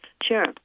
Sure